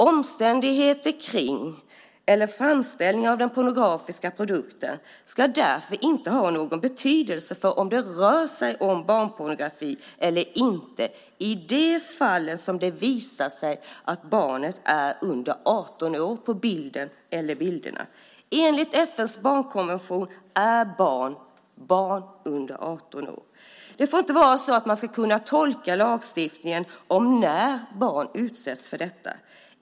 Omständigheterna kring eller framställningen av den pornografiska produkten ska därför inte ha någon betydelse för om det rör sig om barnpornografi eller inte i de fall som det visar sig att barnet på bilden eller bilderna är under 18 år. Enligt FN:s barnkonvention är barn personer under 18 år. Det får inte vara så att man ska kunna tolka lagstiftningen om när barn utsätts för detta.